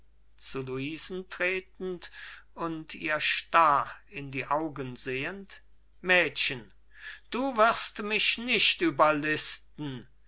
augen sehend mädchen du wirst mich nicht überlisten